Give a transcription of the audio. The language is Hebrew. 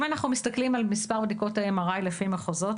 אם אנחנו מסתכלים על מספר בדיקות ה-MRI לפי מחוזות,